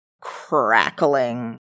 crackling